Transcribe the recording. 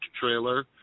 trailer